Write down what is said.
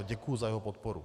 Děkuji za jeho podporu.